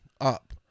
up